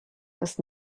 das